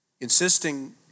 insisting